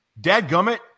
dadgummit